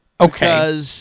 Okay